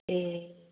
ए